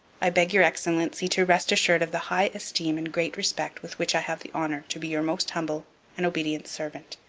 i beg your excellency to rest assured of the high esteem and great respect with which i have the honour to be your most humble and obedient servant,